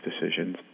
decisions